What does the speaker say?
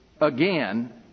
again